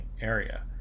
area